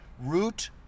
Root